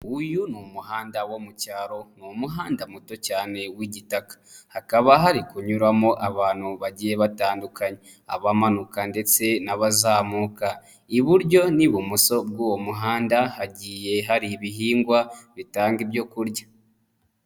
Uyu ni umuhanda wo mu cyaro, ni umuhanda muto cyane w'igitaka. Hakaba hari kunyuramo abantu bagiye batandukanye, abamanuka ndetse n'abazamuka. Iburyo n'ibumoso bw'uwo muhanda, hagiye hari ibihingwa bitanga ibyo kurya.